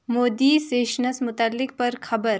Modi sessions مُتعلِق پَر خَبَر